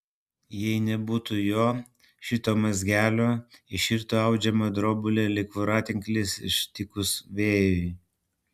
jei nebūtų jo šito mazgelio iširtų audžiama drobulė lyg voratinklis ištikus vėjui